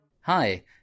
Hi